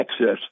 access